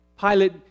Pilate